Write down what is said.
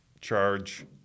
charge